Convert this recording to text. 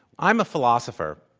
i'm a philosopher,